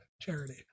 charity